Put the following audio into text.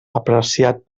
apreciat